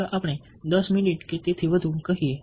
ચાલો આપણે 10 મિનિટ કે તેથી વધુ કહીએ